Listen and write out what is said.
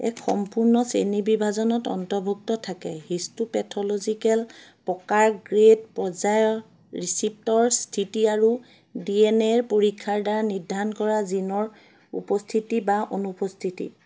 এক সম্পূৰ্ণ শ্ৰেণী বিভাজনত অন্তৰ্ভুক্ত থাকে হিষ্টুপেথ'ল'জিকেল প্ৰকাৰ গ্ৰেড পৰ্যায়ৰ ৰিচিপ্টৰ স্থিতি আৰু ডি এন এ ৰ পৰীক্ষাৰ দ্বাৰা নিৰ্ধাৰণ কৰা জিনৰ উপস্থিতি বা অনুপস্থিতি